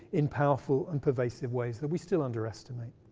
in powerful and pervasive ways that we still underestimate.